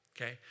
okay